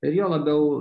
ir juo labiau